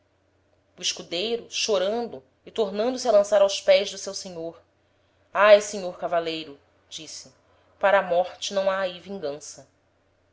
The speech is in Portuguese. o escudeiro chorando e tornando-se a lançar aos pés do seu senhor ai senhor cavaleiro disse para a morte não ha ahi vingança